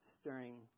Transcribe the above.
stirring